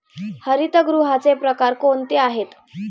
हरितगृहाचे प्रकार कोणते आहेत?